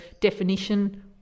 definition